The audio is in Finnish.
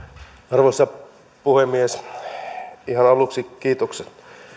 arvoisa puhemies ihan aluksi kiitokset